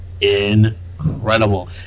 incredible